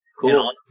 Cool